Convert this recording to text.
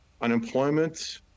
Unemployment